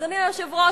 אדוני היושב-ראש,